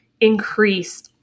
increase